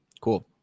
cool